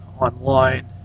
online